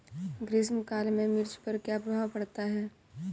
ग्रीष्म काल में मिर्च पर क्या प्रभाव पड़ता है?